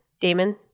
Damon